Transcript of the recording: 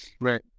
right